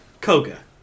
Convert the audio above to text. Koga